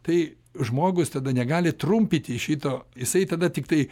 tai žmogus tada negali trumpyti šito jisai tada tiktai